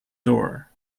door